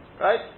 Right